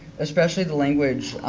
especially the language